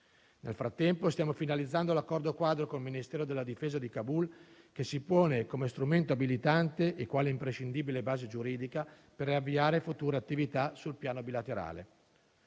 Nel frattempo stiamo finalizzando l'accordo quadro con il Ministero della Difesa di Kabul, che si pone come strumento abilitante e quale imprescindibile base giuridica per avviare future attività sul piano bilaterale.